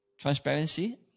transparency